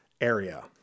area